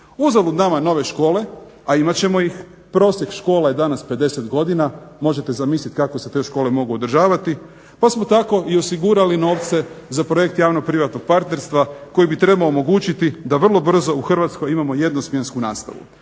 Uzalud nama nove škole, a imat ćemo ih. Prosjek škola je danas 50 godina. Možete zamislit kako se te škole mogu održavati, pa smo tako i osigurali novce za projekt javnog privatnog partnerstva koji bi trebao omogućiti da vrlo brzo u Hrvatskoj imamo jedno smjensku nastavu.